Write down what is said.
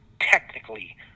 technically